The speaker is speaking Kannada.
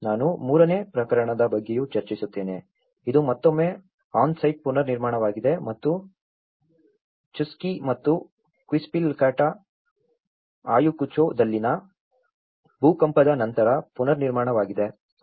ನಾನು ಮೂರನೇ ಪ್ರಕರಣದ ಬಗ್ಗೆಯೂ ಚರ್ಚಿಸುತ್ತೇನೆ ಇದು ಮತ್ತೊಮ್ಮೆ ಆನ್ ಸೈಟ್ ಪುನರ್ನಿರ್ಮಾಣವಾಗಿದೆ ಮತ್ತು ಚುಸ್ಚಿ ಮತ್ತು ಕ್ವಿಸ್ಪಿಲಾಕ್ಟಾ ಅಯಾಕುಚೊದಲ್ಲಿ ಭೂಕಂಪದ ನಂತರದ ಪುನರ್ನಿರ್ಮಾಣವಾಗಿದೆ